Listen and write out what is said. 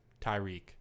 Tyreek